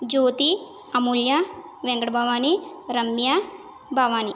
Jyothi Amulya Venkata Bhavani Ramya Bhavani